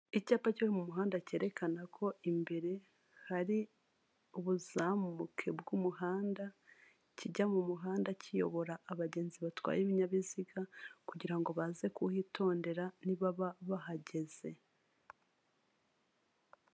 Ni isoko ryiza hasi risashe amakaro hejuru hari parafo, mu rwego rwo kwirinda inyanyagira ry'ibicuruzwa bubatse akayetajeri ko mu biti ku buryo usanga buri gicuruzwa gipanze mu mwanya wacyo.